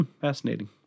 fascinating